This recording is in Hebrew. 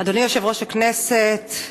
יושב-ראש הכנסת,